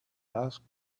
asked